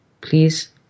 Please